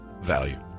value